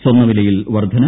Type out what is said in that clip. സ്വർണവിലയിൽ വർദ്ധന